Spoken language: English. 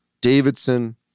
Davidson